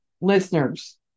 Listeners